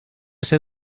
ser